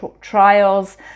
trials